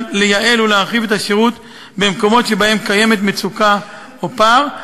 לייעל ולהרחיב את השירות במקומות שבהם יש מצוקה או פער.